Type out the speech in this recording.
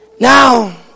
Now